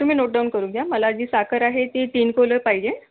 तुम्ही नोटडाउन करून घ्या मला जी साखर आहे ती तीन कोलं पाहिजे